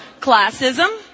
classism